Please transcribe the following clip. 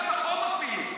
יש אפילו פחות מה משמעותית?